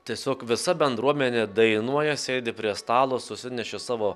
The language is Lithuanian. tiesiog visa bendruomenė dainuoja sėdi prie stalo susinešė savo